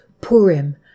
Purim